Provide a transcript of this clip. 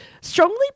strongly